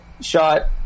shot